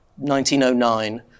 1909